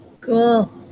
Cool